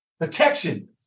protection